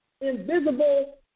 invisible